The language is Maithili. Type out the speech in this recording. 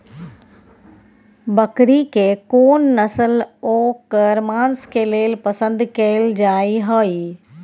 बकरी के कोन नस्ल ओकर मांस के लेल पसंद कैल जाय हय?